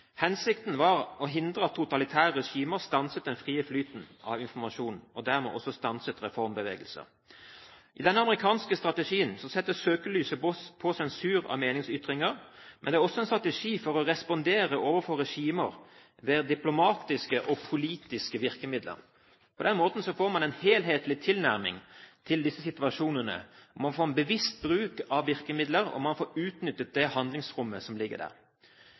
Hensikten var å hindre at totalitære regimer stanset den frie flyten av informasjon og dermed også stanset reformbevegelser. I denne amerikanske strategien settes søkelyset på sensur av meningsytringer, men det er også en strategi for å respondere overfor regimer ved diplomatiske og politiske virkemidler. På den måten får man en helhetlig tilnærming til disse situasjonene, man får en bevisst bruk av virkemidler, og man får utnyttet det handlingsrommet som ligger der.